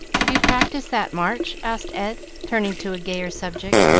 have you practised that march? asked ed, turning to a gayer subject,